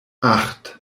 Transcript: acht